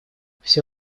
все